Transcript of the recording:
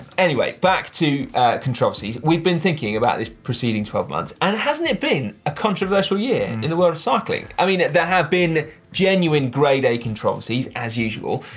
anyway, back to controversies. we've been thinking about these preceding twelve months. and hasn't it been a controversial year and in the world of cycling? i mean there have been genuine, grade a controversies as usual.